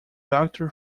doctor